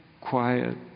quiet